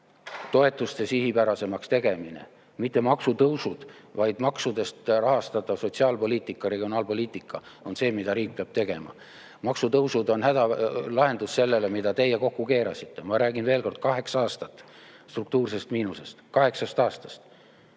Toetuste sihipärasemaks tegemine. Mitte maksutõusud, vaid maksudest rahastatav sotsiaalpoliitika, regionaalpoliitika on see, mida riik peab tegema. Maksutõusud on hädalahendus sellele, mille teie kokku keerasite. Ma räägin veel kord kaheksast aastast struktuursest miinusest – kaheksast aastast!